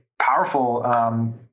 powerful